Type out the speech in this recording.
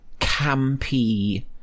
campy